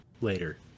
later